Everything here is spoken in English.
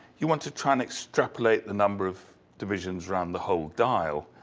you want to try and extrapolate the number of divisions round the whole dial.